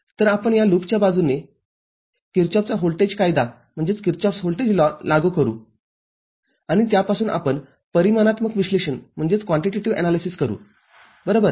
तरआपण या लूपच्या बाजूने किर्चॉफचा व्होल्टेज कायदा Kirchhoff'svoltage lawलागू करू आणि त्यापासून आपण परिमाणात्मक विश्लेषण करू बरोबर